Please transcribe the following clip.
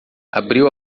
abriu